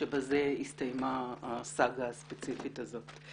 שבזה הסתיימה הסאגה הספציפית הזאת.